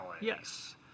Yes